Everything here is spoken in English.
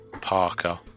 Parker